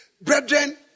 Brethren